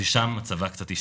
ושם מצבה קצת השתפר".